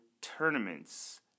tournaments